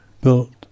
built